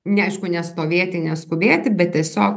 neaišku nestovėti neskubėti bet tiesiog